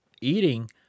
eating